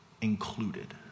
included